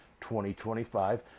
2025